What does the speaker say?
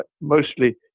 mostly